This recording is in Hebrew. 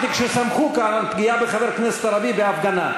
אמרתי כששמחו כאן על פגיעה בחבר כנסת ערבי בהפגנה.